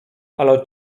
ale